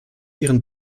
ihren